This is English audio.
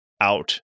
out